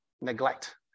neglect